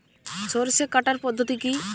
সরষে কাটার পদ্ধতি কি?